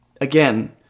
again